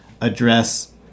address